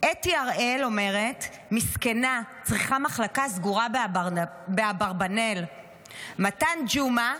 אתי הראל אומרת: "מסכנה צריכה מחלקה סגורה באברנאל"; מתן ג'ומה: